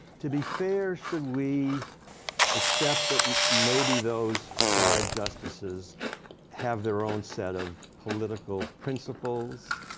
to be fair, should we accept that maybe those five justices have their own set of political principles